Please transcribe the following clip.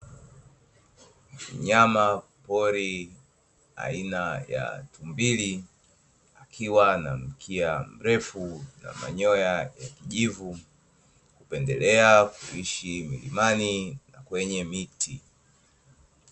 Mnyamapori aina ya tumbili, akiwa na mkia mrefu na manyoya ya kijivu, hupendelea kuishi milimani na kwenye miti.